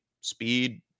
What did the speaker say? speed